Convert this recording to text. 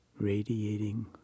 radiating